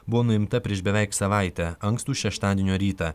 buvo nuimta prieš beveik savaitę ankstų šeštadienio rytą